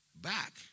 back